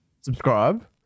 Subscribe